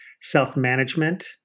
self-management